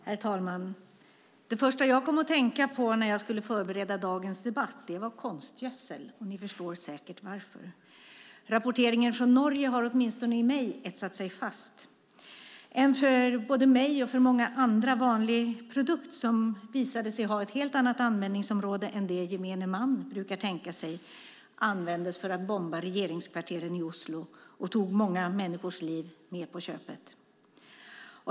Herr talman! Det första jag kom att tänka på när jag skulle förbereda dagens debatt var konstgödsel. Ni förstår säkert varför. Rapporteringen från Norge har etsat sig fast åtminstone i mig. En för både mig och många andra väldigt vanlig produkt som visade sig ha ett helt annat användningsområde än det gemene man brukar tänka sig användes för att bomba regeringskvarteren i Oslo och tog många människors liv på köpet.